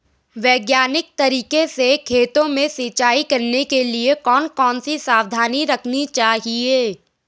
वैज्ञानिक तरीके से खेतों में सिंचाई करने के लिए कौन कौन सी सावधानी रखनी चाहिए?